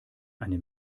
eine